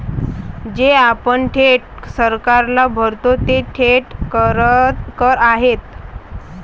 जे आपण थेट सरकारला भरतो ते थेट कर आहेत